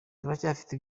turacyafite